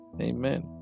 amen